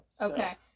Okay